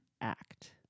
act